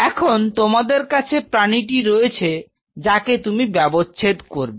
এখন তোমার কাছে প্রাণীটি রয়েছে যাকে তুমি ব্যবচ্ছেদ করবে